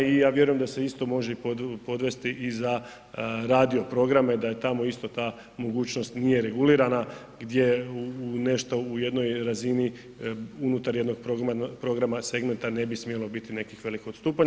I ja vjerujem da se isto može podvesti i za radio programe da je tamo ista ta mogućnost nije regulirana gdje nešto u jednoj razini unutar jednog programa segmenta ne bi smjelo biti nekih velikih odstupanja.